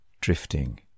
drifting